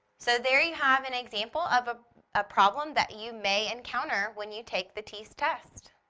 so there you have an example of a ah problem that you may encounter when you take the teas test.